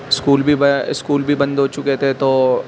school بھی school بھی بند ہو چکے تھے تو